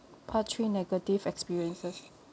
part three negative experiences